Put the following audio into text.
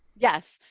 yes.